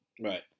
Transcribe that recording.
Right